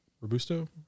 Robusto